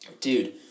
Dude